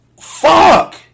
fuck